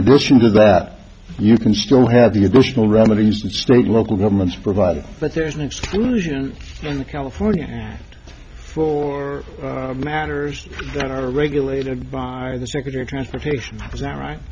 addition to that you can still have the additional remedies that state local governments provide but there is an exclusion of california for matters that are regulated by the secretary of transportation is that right